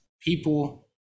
people